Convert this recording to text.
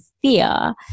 fear